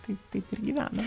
taip taip ir gyvena